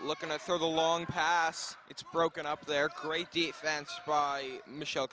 looking out for the long pass it's broken up their great defense by michelle